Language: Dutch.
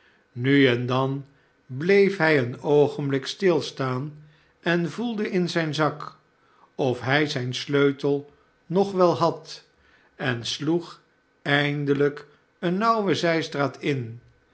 nu en dan bleef hij een oogenblik stilstaan en voelde in zijn zak of hij zijn sleutel nog wel had en sloeg eindelijk een nauwe zijstraat in